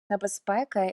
небезпеки